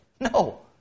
No